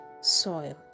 soiled